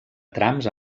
trams